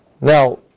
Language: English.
Now